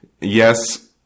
Yes